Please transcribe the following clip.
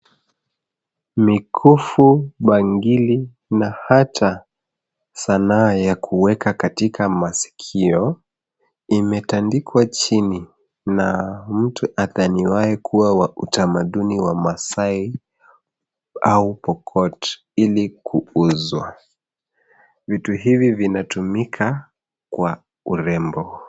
Mikufu, bangili na hata sanaa ya kuweka katika maskio imetandikwa chini na mtu adhaniwaye kuwa wa utamaduni wa maasai au pokot ili kupuzwa, vitu hivi vinatumika kwa urembo.